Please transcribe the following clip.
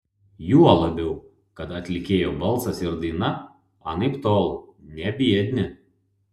juo labiau kad atlikėjo balsas ir daina anaiptol ne biedni